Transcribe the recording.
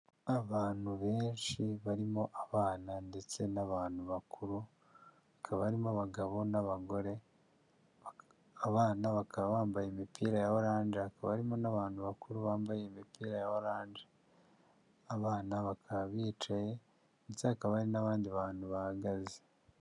Abantu benshi barimo abana ndetse n'abantu bakuru, akabamo abagabo n'abagore, abana bakaba bambaye imipira ya oranje akaba barimo n'abantu bakuru bambaye imipira ya oranje abana bakaba bicaye, ndetse akaba n'abandi bantu bahagaze.